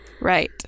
Right